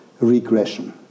regression